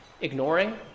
ignoring